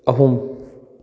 ꯑꯍꯨꯝ